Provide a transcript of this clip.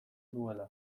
duela